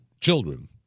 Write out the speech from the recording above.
children